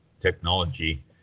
technology